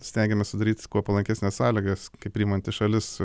stengiamės sudaryti kuo palankesnes sąlygas kaip priimanti šalis